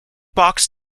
box